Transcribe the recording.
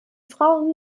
frauen